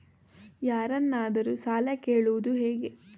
ಯಾರನ್ನಾದರೂ ಸಾಲ ಕೇಳುವುದು ಹೇಗೆ?